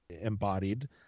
embodied